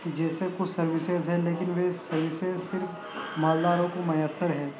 جیسے کچھ سروسز ہیں لیکن وہ صحیح سے صرف مالداروں کو میسر ہیں